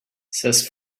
says